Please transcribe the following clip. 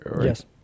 Yes